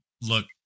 look